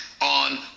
on